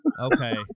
Okay